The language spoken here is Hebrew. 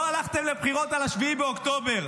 לא הלכתם לבחירות על 7 באוקטובר,